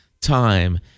time